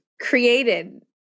created